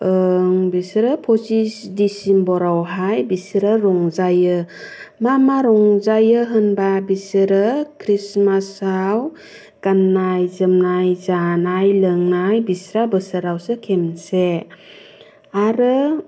बिसोरो फसिस डिसेम्बरावहाय बिसोरो रंजायो मा मा रंजायो होनब्ला बिसोरो ख्रिस्टमासाव गाननाय जोमनाय जानाय लोंनाय बिस्रा बोसोरावसो खेनसे आरो